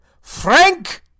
Frank